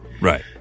Right